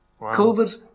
COVID